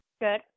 Good